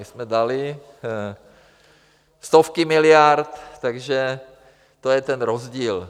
My jsme dali stovky miliard, takže to je ten rozdíl.